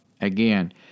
again